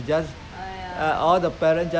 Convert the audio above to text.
don't love their children then how